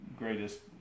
greatest